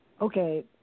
okay